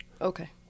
Okay